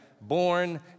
Born